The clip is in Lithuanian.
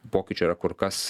pokyčių yra kur kas